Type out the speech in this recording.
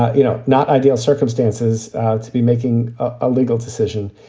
you know, not ideal circumstances to be making a legal decision.